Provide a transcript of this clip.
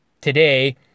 today